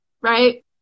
right